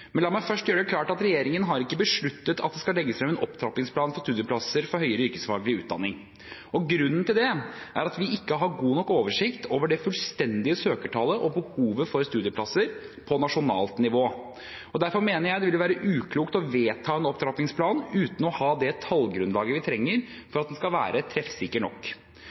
Men la meg først gjøre det klart at regjeringen ikke har besluttet at det skal legges frem en opptrappingsplan for studieplasser for høyere yrkesfaglig utdanning. Grunnen til det er at vi ikke har god nok oversikt over det fullstendige søkertallet og behovet for studieplasser på nasjonalt nivå. Derfor mener jeg det ville være uklokt å vedta en opptrappingsplan uten å ha det tallgrunnlaget vi trenger for at den skal være treffsikker nok.